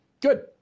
Good